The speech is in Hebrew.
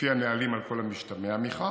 לפי הנהלים על כל המשתמע מכך,